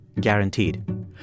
guaranteed